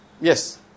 Yes